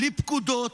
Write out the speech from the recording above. בלי פקודות,